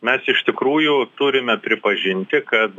mes iš tikrųjų turime pripažinti kad